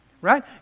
right